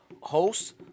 Host